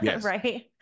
Right